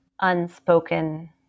unspoken